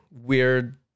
weird